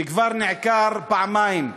שכבר נעקר פעמיים,